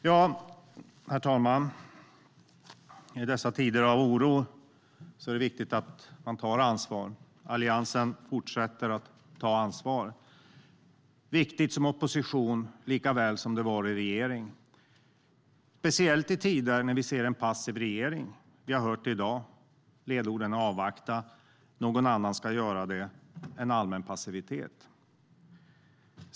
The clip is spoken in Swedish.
Herr talman! I dessa tider av oro är det viktigt att ta ansvar, och Alliansen fortsätter att ta ansvar. Det är lika viktigt i opposition som det var i regeringsställning. Det gäller speciellt i tider när vi ser en passiv regering. Vi har hört det i dag: Ledorden är att avvakta och att någon annan ska göra det. Det är en allmän passivitet.